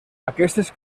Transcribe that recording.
aquestes